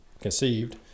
conceived